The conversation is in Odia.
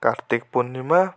କାର୍ତ୍ତିକ ପୂର୍ଣ୍ଣିମା